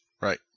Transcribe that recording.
Right